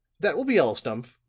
that will be all, stumph!